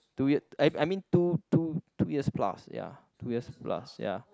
two ye~ I I mean two two two years plus ya two years plus ya